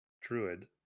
druid